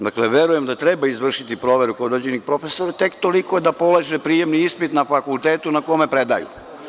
Dakle, verujem da treba izvršiti proveru određenih profesora tek toliko da polože prijemni ispit na fakultetu na kome predaju.